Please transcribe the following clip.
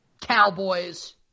Cowboys